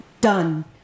done